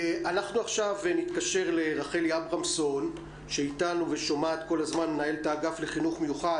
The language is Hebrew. עכשיו נתקשר לרחלי אברמזון מנהלת האגף לחינוך מיוחד,